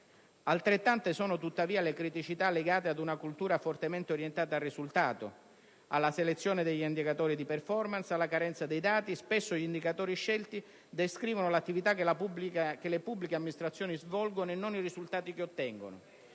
Altrettante sono tuttavia le criticità legate ad una cultura fortemente orientata al risultato, alla selezione degli indicatori di *performance*, alla carenza dei dati; spesso gli indicatori scelti descrivono l'attività che le pubbliche amministrazioni svolgono e non i risultati che ottengono.